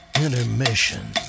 intermission